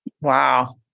Wow